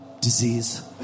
disease